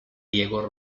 diego